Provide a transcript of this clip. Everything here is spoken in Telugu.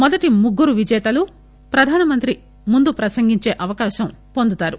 మొదటి ముగ్గురు విజేతలు ప్రధానమంత్రి ముందు ప్రసంగించే అవకాశం పొందుతారు